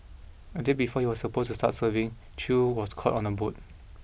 a day before he was supposed to start serving Chew was caught on a boat